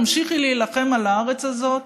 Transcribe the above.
תמשיכי להילחם על הארץ הזאת.